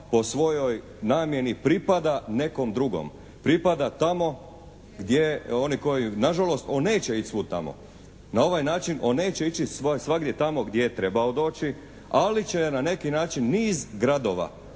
po svojoj namjeni pripada nekom drugom. Pripada tamo gdje oni koji, nažalost on neće ići svud tamo. Na ovaj način on neće ići svagdje tamo gdje je trebao doći ali će na neki način niz gradova